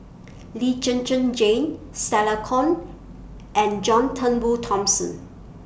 Lee Zhen Zhen Jane Stella Kon and John Turnbull Thomson